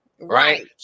right